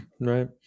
Right